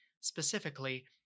specifically